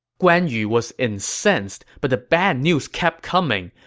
guan yu was incensed, but the bad news kept coming.